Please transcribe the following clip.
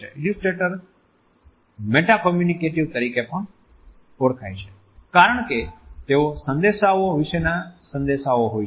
illustrators meta communicative તરીકે પણ ઓળખાય છે કારણ કે તેઓ સંદેશાઓ વિશેના સંદેશા હોય છે